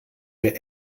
mir